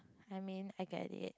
I mean I get it